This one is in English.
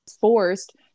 forced